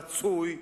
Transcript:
רצוי,